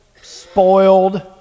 spoiled